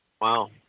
Wow